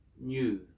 new